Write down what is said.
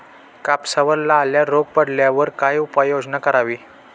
कापसावर लाल्या रोग पडल्यावर काय उपाययोजना करावी?